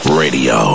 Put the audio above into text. radio